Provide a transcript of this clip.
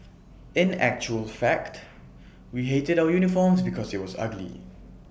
in actual fact we hated our uniforms because IT was ugly